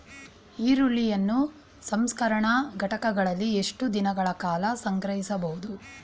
ಈರುಳ್ಳಿಯನ್ನು ಸಂಸ್ಕರಣಾ ಘಟಕಗಳಲ್ಲಿ ಎಷ್ಟು ದಿನಗಳ ಕಾಲ ಸಂಗ್ರಹಿಸಬಹುದು?